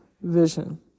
vision